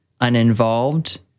uninvolved